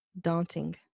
daunting